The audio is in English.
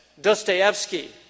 Dostoevsky